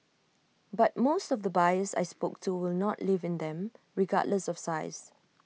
but most of the buyers I spoke to will not live in them regardless of size